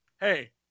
Hey